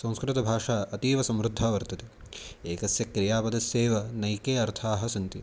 संस्कृतभाषा अतीव समृद्धा वर्तते एकस्य क्रियापदस्यैव नैके अर्थाः सन्ति